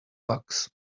bugs